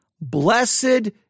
Blessed